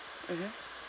mmhmm